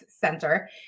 Center